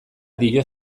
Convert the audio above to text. dio